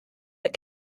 that